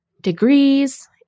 degrees